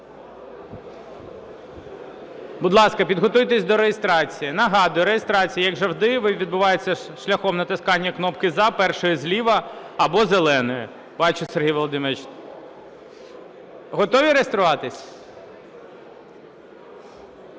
Будь ласка, підготуйтесь до реєстрації. Нагадую, реєстрація, як завжди, відбувається шляхом натискання кнопки "за", першої зліва або зеленої. Бачу, Сергій Володимирович. Готові реєструватись?